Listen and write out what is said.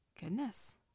Goodness